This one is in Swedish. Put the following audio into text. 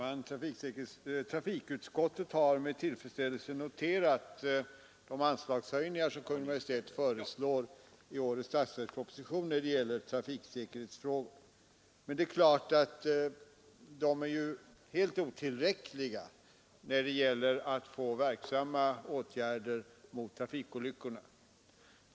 Herr talman! Trafikutskottet har med tillfredsställelse noterat de anslagshöjningar som Kungl. Maj:t föreslår i årets statsverksproposition när det gäller trafiksäkerhetsfrågor. Men höjningarna är helt otillräckliga när det gäller att vidta verksamma åtgärder mot trafikolyckorna.